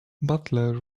butler